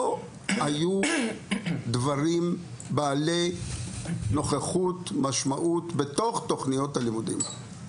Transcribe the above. לא היו דברים בעלי נוכחות ומשמעות בתוך תכניות הלימודים.